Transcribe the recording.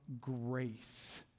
grace